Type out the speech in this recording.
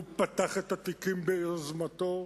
הוא פתח את התיקים ביוזמתו.